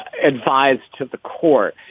advised to the court.